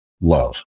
love